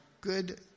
good